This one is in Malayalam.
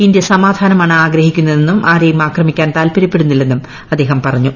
ഇന്ത്യ സമാധാനമാണ് ആഗ്രഹിക്കുന്നതെന്നും ആരെയും ആക്രമിക്കാൻ താല്പര്യപ്പെടുന്നില്ലെന്നും അദ്ദേഹം പറഞ്ഞു